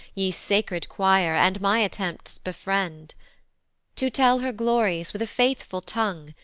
ye sacred choir, and my attempts befriend to tell her glories with a faithful tongue,